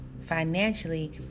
financially